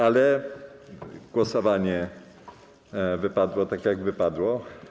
Ale głosowanie wypadło tak, jak wypadło.